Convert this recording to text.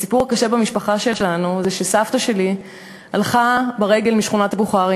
הסיפור הקשה במשפחה שלנו זה שסבתא שלי הלכה ברגל משכונת-הבוכרים,